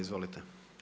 Izvolite.